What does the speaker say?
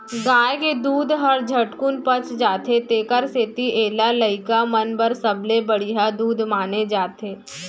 गाय के दूद हर झटकुन पच जाथे तेकर सेती एला लइका मन बर सबले बड़िहा दूद माने जाथे